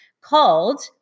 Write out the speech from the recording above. called